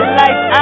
life